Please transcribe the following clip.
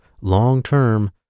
long-term